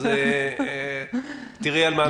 אז תראי על מה אנחנו מדברים.